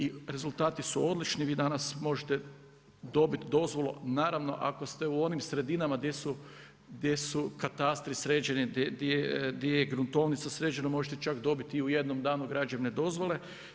I rezultati su odlični, vi danas možete dobiti dozvolu, naravno ako ste u onim sredinama gdje su katastri sređeni, gdje je gruntovnica sređena možete čak dobiti i u jednom danu građevne dozvole.